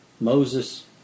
Moses